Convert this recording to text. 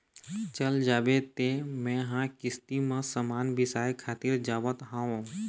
चल जाबे तें मेंहा किस्ती म समान बिसाय खातिर जावत हँव